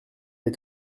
est